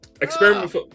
Experiment